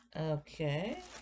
okay